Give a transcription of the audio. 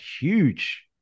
huge